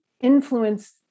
influence